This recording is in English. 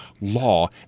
law